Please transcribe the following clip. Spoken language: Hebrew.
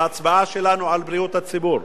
בהצבעה שלנו, על בריאות הציבור.